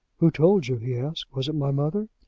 who told you? he asked was it my mother?